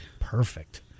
Perfect